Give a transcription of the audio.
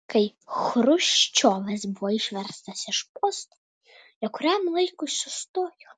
kai chruščiovas buvo išverstas iš posto jie kuriam laikui sustojo